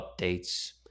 updates